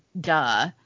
Duh